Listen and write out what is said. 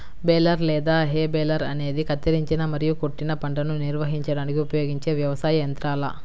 baler లేదా hay baler అనేది కత్తిరించిన మరియు కొట్టిన పంటను నిర్వహించడానికి ఉపయోగించే వ్యవసాయ యంత్రాల